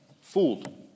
fooled